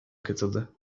katıldı